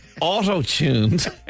Auto-tuned